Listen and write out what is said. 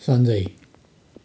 Sanjay